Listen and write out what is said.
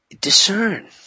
discern